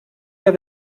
der